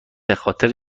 بخاطر